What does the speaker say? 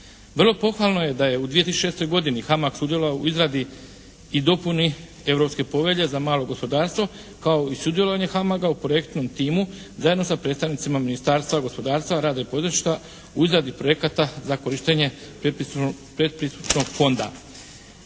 Vrlo pohvalno je da je u 2006. godini HAMAG sudjelovao u izradi i dopuni Europske povelje za malo gospodarstvo kao i sudjelovanje HAMAG-a u projektnom timu zajedno sa predstavnicima Ministarstva gospodarstva, rada i poduzetništva u izradi projekata za korištenje predpristupnog fonda.